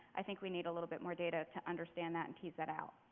i think we need a little bit more data to understand that and tease that out.